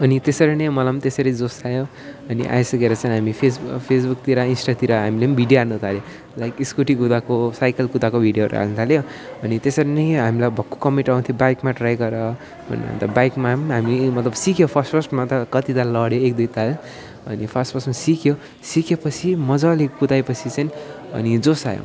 अनि त्यसरी नै मलाई पनि त्यसरी जोस् आयो अनि आइसकेर चाहिँ हामी फेस फेसबुकतिर इन्स्टातिर हामीले पनि भिडियो हाल्नथाल्यौँ लाइक स्कुटी कुदाएको साइकल कुदाएको भिडियोहरू हाल्नथाल्यौँ अनि त्यसरी नै हामीलाई भक्कु कमेन्ट आउँथ्यो बाइकमा ट्राई गर अन्त बाइकमा पनि हामी मतलब सिक्यौँ फर्स्ट फर्स्टमा त कति त लड्यो एक दुईताल अनि फर्स्ट फर्स्टमा सिक्यौँ सिक्यौँ पछि मजाले कुदाएपछि चाहिँ अनि जोस् आयो